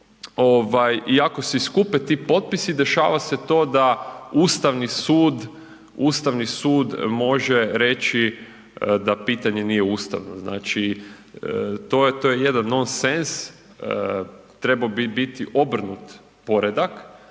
ako se i skupe ti potpisi, dešava se to da Ustavni sud može reći da pitanje nije ustavno, znači to je jedan nonsens, trebao bi biti obrnut poredak,